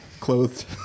Clothed